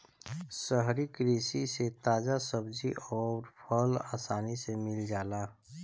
शहरी कृषि से ताजा सब्जी अउर फल आसानी से मिल जाला